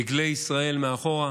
דגלי ישראל מאחור,